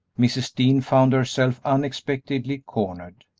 mrs. dean found herself unexpectedly cornered.